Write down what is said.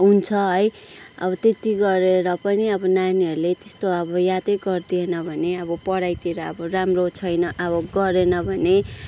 हुन्छ है अब त्यति गरेर पनि अब नानीहरूले त्यस्तो अब यादै गरिदिएन भने अब पढाइतिर अब राम्रो छैन अब गरेन भने